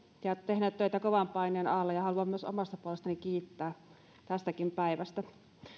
ja tehneet töitä kovan paineen alla ja haluan myös omasta puolestani kiittää tästäkin päivästä